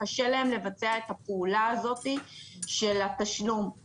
וקשה להם לבצע את הפעולה הזאת של התשלום.